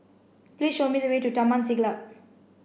please show me the way to Taman Siglap